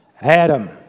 Adam